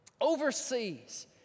overseas